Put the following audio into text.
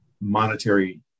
monetary